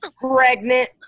pregnant